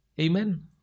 Amen